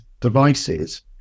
devices